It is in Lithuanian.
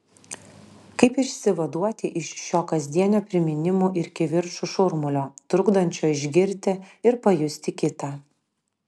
kaip išsivaduoti iš šio kasdienio priminimų ir kivirčų šurmulio trukdančio išgirti ir pajusti kitą